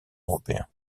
européen